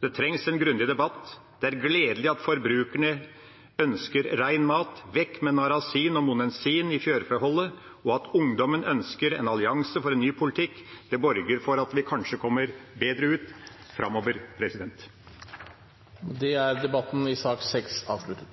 Det trengs en grundig debatt. Det er gledelig at forbrukerne ønsker ren mat – vekk med narasin og monensin i fjørfeholdet – og at ungdommen ønsker en allianse for en ny politikk borger for at vi kanskje kommer bedre ut framover. Ingen flere har bedt om ordet til sak nr.